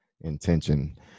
intention